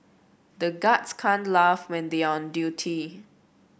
the guards can't laugh when they are on duty